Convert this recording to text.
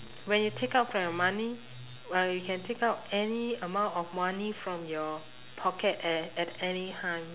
when you take out from your money well you can take out any amount of money from your pocket at at any time